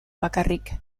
bakarrik